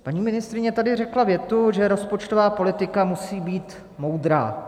Paní ministryně tady řekla větu, že rozpočtová politika musí být moudrá.